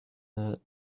that